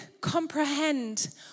comprehend